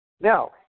Now